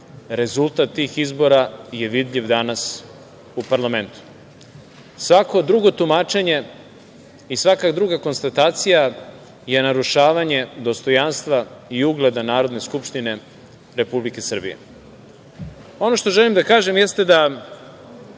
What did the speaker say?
Rezultat tih izbora je vidljiv danas u parlamentu. Svako drugo tumačenje i svaka druga konstatacija je narušavanje dostojanstva i ugleda Narodne skupštine Republike Srbije. Ono što želim da kažem jeste da